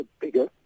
bigger